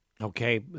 Okay